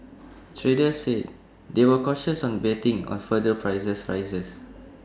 traders said they were cautious on betting on further prices rises